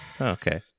Okay